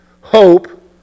hope